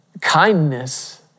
Kindness